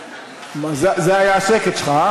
זה היה השקט שלך?